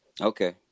Okay